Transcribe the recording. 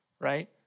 right